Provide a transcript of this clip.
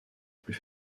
plus